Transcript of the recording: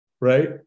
right